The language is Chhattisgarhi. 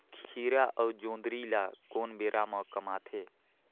खीरा अउ जोंदरी ल कोन बेरा म कमाथे?